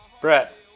Brett